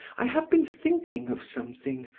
i have been thinking of something,